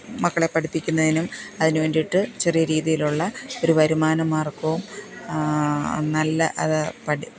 മക്കളെ പഠിപ്പിക്കുന്നതിനും അതിന് വേണ്ടിയിട്ട് ചെറിയ രീതിയിലുള്ള ഒരു വരുമാനമാര്ഗവും നല്ല അത് പഠി